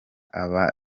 aba